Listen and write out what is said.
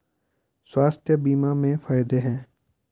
स्वास्थ्य बीमा के फायदे हैं?